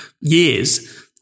years